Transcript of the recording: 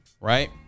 Right